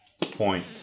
point